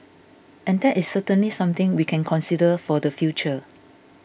and that is certainly something we can consider for the future